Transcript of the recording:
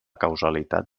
causalitat